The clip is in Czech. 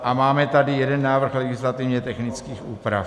A máme tady jeden návrh legislativně technických úprav.